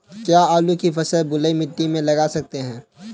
क्या आलू की फसल बलुई मिट्टी में लगा सकते हैं?